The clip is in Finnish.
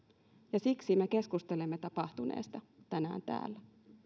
ja siksi me keskustelemme tapahtuneesta tänään täällä